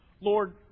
Lord